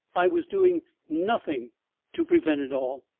i was doing nothing to prevent it all!